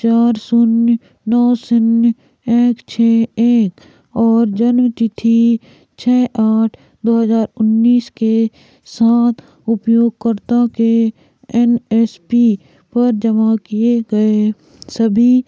चार शून्य नौ शून्य एक छः एक और जन्म तिथि छः आठ दो हज़ार उन्नीस के साथ उपयोगकर्ता के एन एस पी पर जमा किए गए सभी